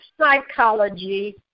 Psychology